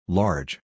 large